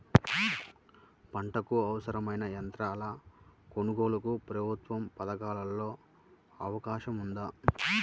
పంటకు అవసరమైన యంత్రాల కొనగోలుకు ప్రభుత్వ పథకాలలో అవకాశం ఉందా?